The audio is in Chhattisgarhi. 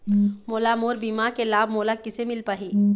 मोला मोर बीमा के लाभ मोला किसे मिल पाही?